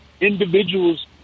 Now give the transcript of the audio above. individuals